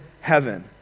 heaven